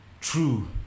true